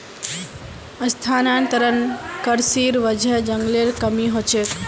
स्थानांतरण कृशिर वजह जंगलेर कमी ह छेक